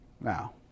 Now